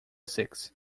six